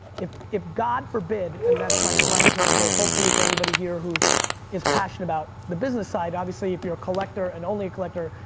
if if god forbid, and that's my slang term for hopefully for anybody here who is passionate about the business side, obviously if you're a collector and only a collector,